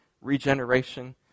regeneration